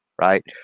right